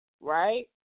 right